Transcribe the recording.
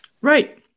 Right